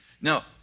Now